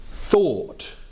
thought